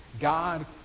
God